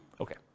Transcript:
Okay